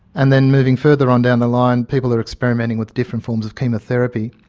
and then moving further on down the line, people are experimenting with different forms of chemotherapy.